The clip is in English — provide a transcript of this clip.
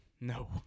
No